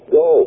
go